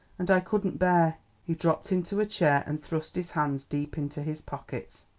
and i couldn't bear he dropped into a chair and thrust his hands deep into his pockets.